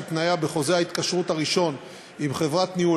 תניה בחוזה ההתקשרות הראשון עם חברת ניהול,